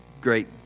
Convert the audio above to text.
great